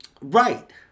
Right